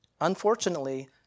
Unfortunately